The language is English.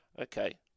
okay